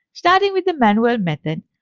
starting with the manual method,